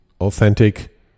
authentic